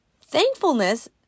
thankfulness